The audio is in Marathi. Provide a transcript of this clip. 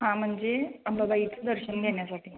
हां म्हणजे अंबाबाईचं दर्शन घेण्यासाठी